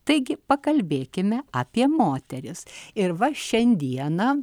taigi pakalbėkime apie moteris ir va šiandieną